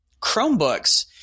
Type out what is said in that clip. Chromebooks